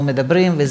זאת המציאות.